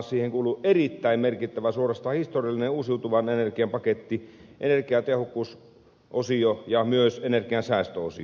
siihen kuuluvat erittäin merkittävä suorastaan historiallinen uusiutuvan energian paketti energiatehokkuusosio ja myös energiansäästöosio